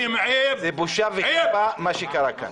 זאת בושה וחרפה מה שקרה כאן.